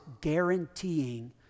guaranteeing